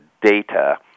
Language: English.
data